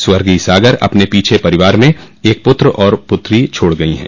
स्वर्गीय सागर अपने पीछे परिवार में एक पुत्र और पुत्री छोड़ गई ह